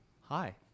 Hi